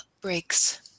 Breaks